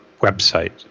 website